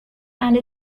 and